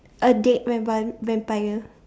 a dead vampire vampire